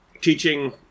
teaching